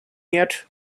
yet